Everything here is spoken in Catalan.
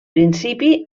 principi